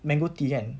mango tea kan